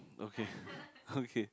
okay okay